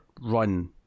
run